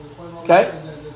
Okay